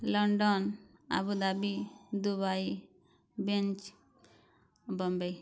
London Abu Dhabi Dubai branch Bombay